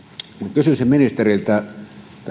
kysyisin ministeriltä